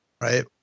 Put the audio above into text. Right